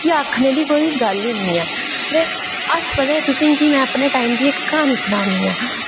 की आक्खने दी कोई गल्ल ई निं ऐ ते अस पता तुसें ई की में अपने टाईम दी इक्क क्हानी सनानीं आं